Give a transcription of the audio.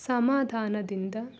ಸಮಾಧಾನದಿಂದ